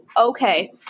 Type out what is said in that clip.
okay